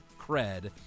cred